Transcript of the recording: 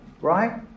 right